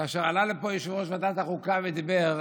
כאשר עלה לפה יושב-ראש ועדת החוקה ודיבר,